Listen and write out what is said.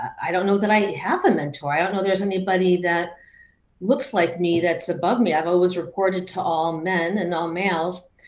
i don't know that i have a mentor. i don't know there's anybody that looks like me that's above me. i've always reported to all men and all males.